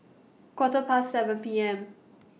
Quarter Past seven P M